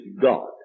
God